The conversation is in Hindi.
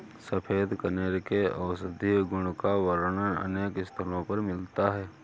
सफेद कनेर के औषधीय गुण का वर्णन अनेक स्थलों पर मिलता है